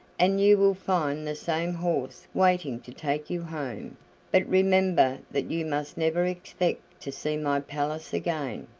and you will find the same horse waiting to take you home but remember that you must never expect to see my palace again.